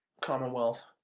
Commonwealth